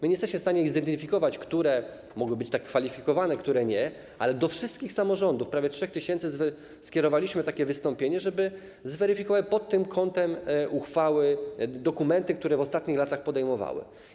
My nie jesteśmy w stanie ich zidentyfikować, tego, które mogłyby być tak kwalifikowane, a które nie, ale do wszystkich samorządów, do prawie 3 tys., skierowaliśmy takie wystąpienie, żeby zweryfikować pod tym kątem uchwały, dokumenty, które w ostatnich latach podejmowały.